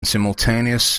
simultaneous